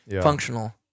functional